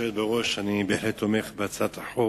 גברתי היושבת-ראש, אני בהחלט תומך בהצעת החוק.